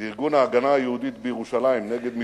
בשל ארגון ההגנה היהודית בירושלים נגד מתפרעים,